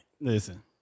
Listen